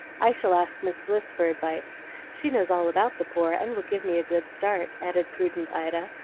i shall ask miss bliss for advice she knows all about the poor, and will give me a good start, added prudent ida,